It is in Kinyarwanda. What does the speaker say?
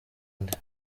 nde